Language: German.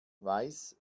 weiß